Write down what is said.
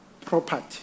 property